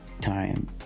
time